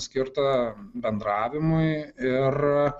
skirta bendravimui ir